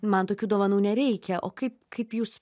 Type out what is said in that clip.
man tokių dovanų nereikia o kaip kaip jūs